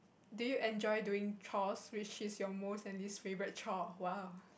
do you enjoy doing chores which is your most and least favourite chore !wow!